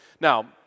Now